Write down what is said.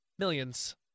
Millions